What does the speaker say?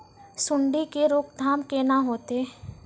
सुंडी के रोकथाम केना होतै?